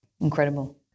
incredible